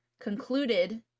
concluded